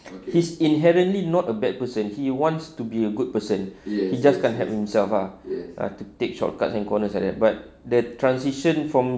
he's inherently not a bad person he wants to be a good person he just can't help himself ah ah to take shortcuts and corners like that but the transition from